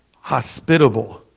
hospitable